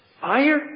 fire